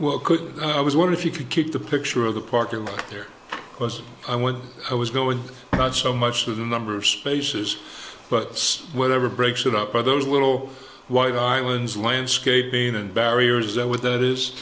well could i was wonder if you could keep the picture of the parking lot here because i when i was going not so much the number of spaces but whatever breaks it up by those little white islands landscaping and barriers that would that is